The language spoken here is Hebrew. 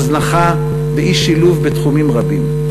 הזנחה ואי-שילוב בתחומים רבים.